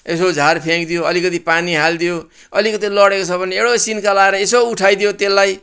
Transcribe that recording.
यसो झार फ्याँकिदियो अलिकति पानी हालिदियो अलिकति लडेको छ भने एउटा सिन्का लाएर यसो उठाइदियो त्यसलाई